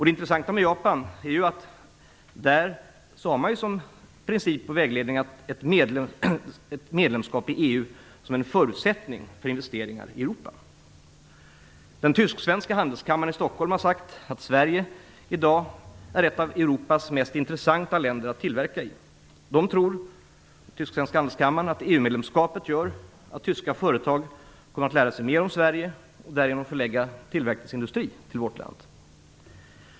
Det intressanta med Japan är att man där har som princip och vägledning att ett medlemskap i EU är en förutsättning för investeringar i Tysk-svenska handelskammaren i Stockholm har sagt att Sverige i dag är ett av Europas mest intressanta länder att tillverka i. På Tysk-svenska handelskammaren tror man att EU-medlemskapet gör att tyska företag kommer att lära sig mer om Sverige och därigenom förlägga tillverkningsindustri till vårt land.